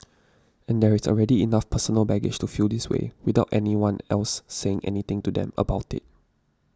and there is already enough personal baggage to feel this way without anyone else saying anything to them about it